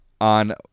on